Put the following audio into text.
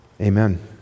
amen